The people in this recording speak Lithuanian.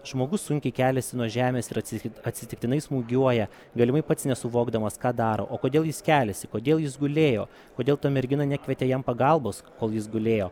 žmogus sunkiai keliasi nuo žemės ir atsitik atsitiktinai smūgiuoja galimai pats nesuvokdamas ką daro o kodėl jis keliasi kodėl jis gulėjo kodėl ta mergina nekvietė jam pagalbos kol jis gulėjo